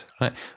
right